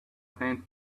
faint